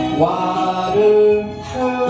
water